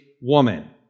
woman